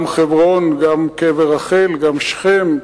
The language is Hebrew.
גם חברון, גם קבר רחל, גם שכם,